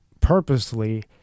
purposely